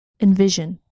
Envision